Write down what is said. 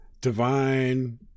Divine